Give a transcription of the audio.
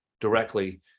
directly